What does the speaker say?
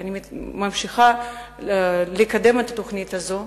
ואני ממשיכה לקדם את התוכנית הזאת,